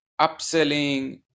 upselling